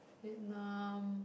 Vietnam